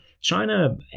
China